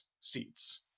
seats